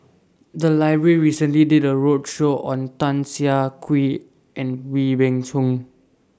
The Library recently did A roadshow on Tan Siah Kwee and Wee Beng Chong